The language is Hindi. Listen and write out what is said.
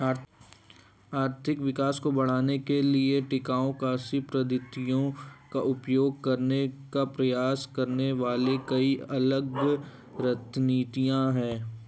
आर्थिक विकास को बढ़ाने के लिए टिकाऊ कृषि पद्धतियों का उपयोग करने का प्रयास करने वाली कई अलग रणनीतियां हैं